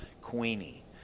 Queenie